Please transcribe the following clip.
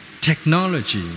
technology